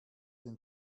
den